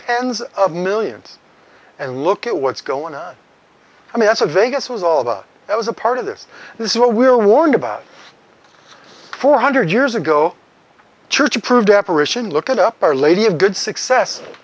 tens of millions and look at what's going on i mean as a vegas was all of that was a part of this this is what we were warned about four hundred years ago church approved operation look at up our lady of good success